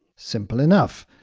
simple enough.